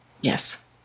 Yes